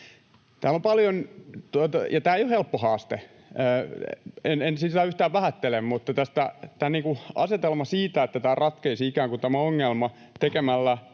Tämä ei ole helppo haaste, en sitä yhtään vähättele, mutta tämä asetelma, että tämä ongelma ratkeaisi ikään